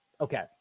Okay